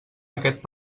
aquest